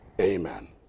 Amen